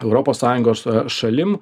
europos sąjungos šalim